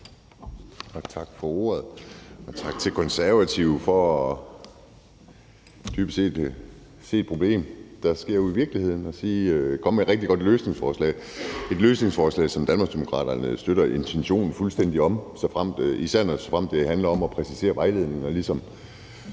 Tak for ordet, og tak til Konservative for dybest set at se et problem, der er ude i virkeligheden, og komme med et rigtig godt løsningsforslag – et løsningsforslag, som Danmarksdemokraterne fuldstændig støtter intentionen i, især såfremt det handler om at præcisere vejledningen.